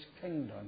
kingdom